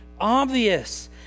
obvious